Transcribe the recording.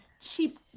Cheap